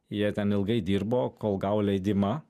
jie ten ilgai dirbo kol gavo leidimą